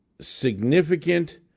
significant